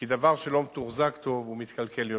כי דבר שלא מתוחזק טוב מתקלקל יותר,